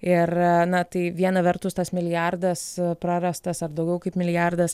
ir na tai viena vertus tas milijardas prarastas ar daugiau kaip milijardas